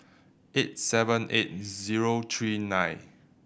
eight seven eight zero three nine